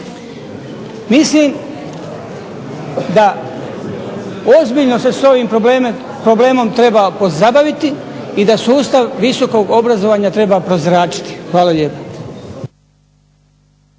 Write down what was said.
Mislim da ozbiljno sa ovim problemom treba pozabaviti i da sustav visokog obrazovanja treba prozračiti. Hvala lijepo.